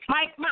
Mike